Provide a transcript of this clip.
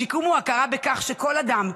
השיקום הוא הכרה בכך שכל אדם,